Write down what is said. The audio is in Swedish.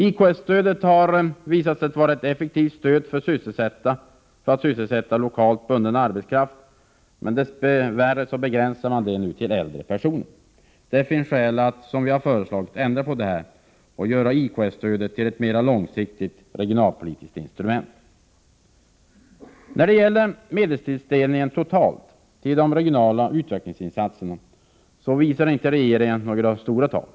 IKS-stödet har visat sig vara ett effektivt stöd för att sysselsätta lokalt bunden arbetskraft, men dess värre begränsas det nu till äldre personer. Det finns skäl att, som vi föreslagit, ändra på det och göra IKS-stödet till ett mer långsiktigt regionalpolitiskt instrument. När det gäller medelstilldelningen totalt till regionala utvecklingsinsatser visar regeringen inte några stora tag.